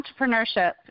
entrepreneurship